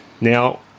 Now